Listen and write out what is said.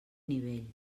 nivell